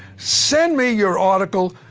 send me your article,